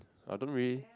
I don't really